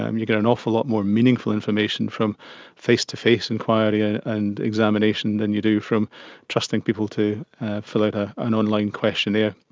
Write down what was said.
um you get an awful lot more meaningful information from face-to-face enquiry and and examination than you do from trusting people to fill out ah an online questionnaire.